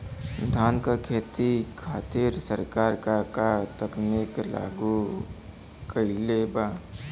धान क खेती खातिर सरकार का का तकनीक लागू कईले बा?